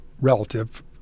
relative